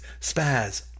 spaz